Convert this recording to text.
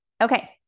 Okay